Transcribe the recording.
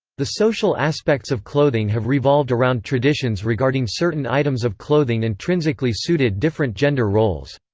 the social aspects of clothing have revolved around traditions regarding certain items of clothing intrinsically suited different gender roles.